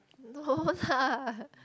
no lah